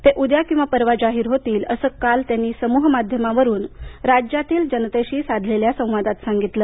ते उद्या किंवा परवा जाहीर होतील असं त्यांनी काल समूहमाध्यमावरून राज्यातील जनतेशी साधलेल्या संवादात सांगितलं